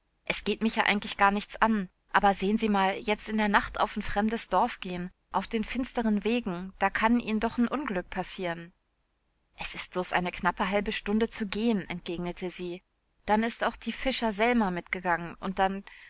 es geht mich ja eigentlich gar nichts an aber sehn sie mal jetzt in der nacht auf n fremdes dorf gehen auf den finsteren wegen da kann ihn'n doch n unglück passieren es ist bloß eine knappe halbe stunde zu gehen entgegnete sie dann ist auch die fischer selma mitgegangen und dann